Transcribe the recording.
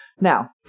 Now